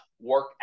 work